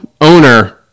owner